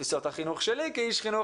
בתפיסות החינוך שלי כאיש חינוך,